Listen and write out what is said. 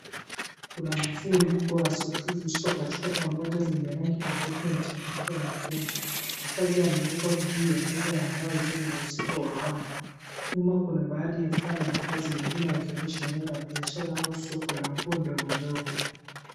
Kuna mwavuli mkubwa wa soksi zisizopachikwa pamoja zenye rangi tofauti na machanganyiko wa mifumo. Mavazi yamewekwa juu ya meza ya mbao iliyo na uzito wa haya. Nyuma kuna baadhi ya vifaa na mavazi mengine yakionyesha eneo la biashara au soko la nguo ndogondogo.